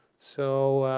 so